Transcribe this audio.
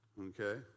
Okay